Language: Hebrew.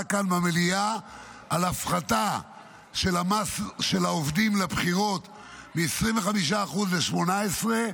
כאן במליאה על הפחתה של המס של העובדים לבחירות מ-25% ל-18%,